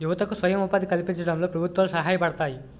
యువతకు స్వయం ఉపాధి కల్పించడంలో ప్రభుత్వాలు సహాయపడతాయి